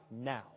now